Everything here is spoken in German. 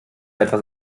etwas